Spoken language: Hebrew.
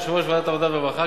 יושב-ראש ועדת העבודה והרווחה,